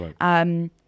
Right